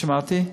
לא שמעתי.